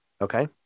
Okay